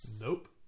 Nope